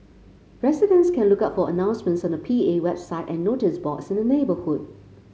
residents can look out for announcements on the P A website and notice boards in the neighbourhood